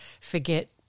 forget